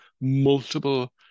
multiple